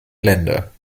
länder